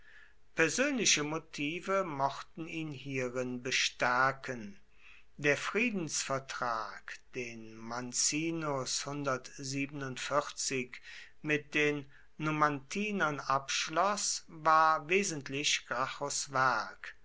persönliche motive mochten ihn hierin bestärken der friedensvertrag den mancinus mit den numantinern abschloß war wesentlich